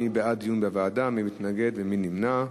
מי בעד דיון בוועדה, מי מתנגד ומי נמנע?